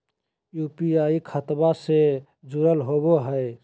UPI खतबा से जुरल होवे हय?